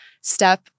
step